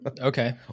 Okay